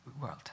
world